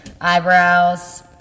Eyebrows